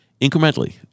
Incrementally